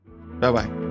Bye-bye